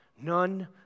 none